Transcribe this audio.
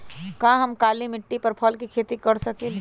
का हम काली मिट्टी पर फल के खेती कर सकिले?